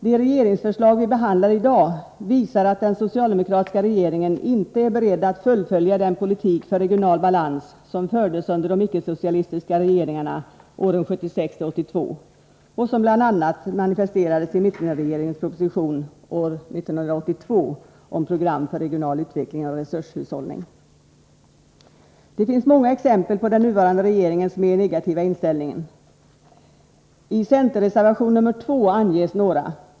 Det regeringsförslag vi behandlar i dag visar att den socialdemokratiska regeringen inte är beredd att fullfölja den politik för regional balans som fördes under de icke-socialistiska regeringarna åren 1976-1982 och som bl.a. manifesterades i mittenregering Det finns många exempel på den nuvarande regeringens mer negativa inställning. I centerreservation nr 2 anges några.